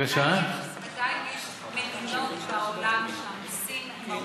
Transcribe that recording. עדיין יש מדינות בעולם שהמסים בהן הם